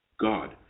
God